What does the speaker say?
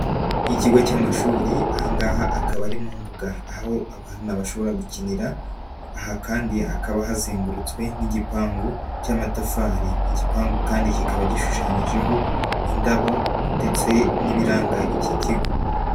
Ikigo cy'amashuri aha ngaha akaba ari mu mbuga aho abana bashobora gukinira, aha kandi hakaba hazengurutswe n'igipangu cy'amatafari, igipangu kandi kikaba gishushanyijeho indabo ndetse n'ibiranga iki kigo.